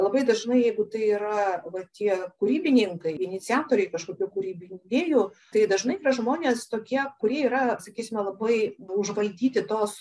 labai dažnai jeigu tai yra va tie kūrybininkai iniciatoriai kažkokių kūrybinių idėjų tai dažnai yra žmonės tokie kurie yra sakysime labai užvaldyti tos